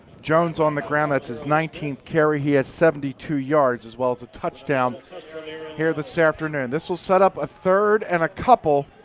jones on the ground, that's his nineteenth carry. he has seventy two yards as well as a touchdown here this afternoon. this will set up a third and a couple.